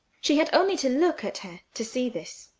she had only to look at her to see this